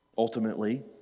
Ultimately